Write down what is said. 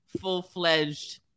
full-fledged